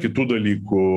kitų dalykų